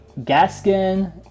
Gaskin